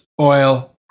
oil